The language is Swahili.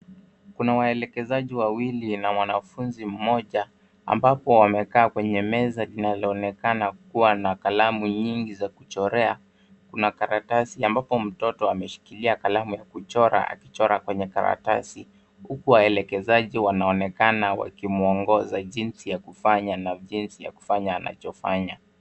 Kuna waelekezaji wawili na mwanafunzi mmoja ambapo wamekaa kwenye meza inayoonekana kuwa na kalamu nyingi za kuchorea na karatasi ambapo mtoto ameshikilia kalamu ya kuchora akichora kwenye karatasi huku waelekezaji wanaonekana wakimwongoza jinsi ya kufanya na jinsi kufanya jinsi anachokifanya.